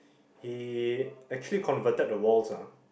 he actually converted the walls ah